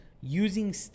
using